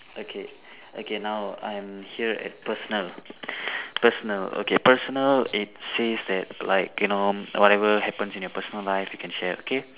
okay okay now I am here at personal personal okay personal it says that like you know whatever happens in your personal life you can share okay